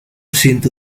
siento